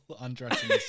undressing